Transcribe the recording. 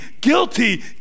guilty